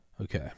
Okay